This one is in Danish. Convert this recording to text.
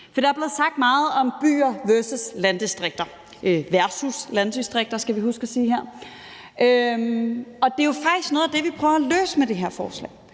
Der er blevet sagt meget om byer versus landdistrikter, og det er jo faktisk noget af det, vi prøver at løse med det her forslag.